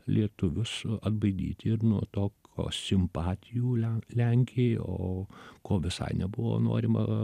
lietuvius atbaidyti ir nuo tokių simpatijų len lenkijai o ko visai nebuvo norima